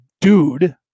dude